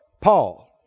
Paul